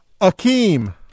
Akeem